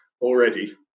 already